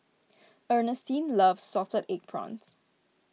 Ernestine loves Salted Egg Prawns